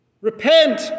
Repent